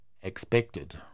expected